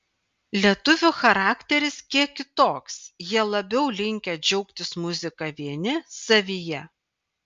lietuvių charakteris kiek kitoks jie labiau linkę džiaugtis muzika vieni savyje